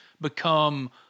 become